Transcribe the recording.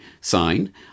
sign